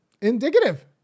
indicative